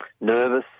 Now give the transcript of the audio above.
nervous